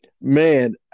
Man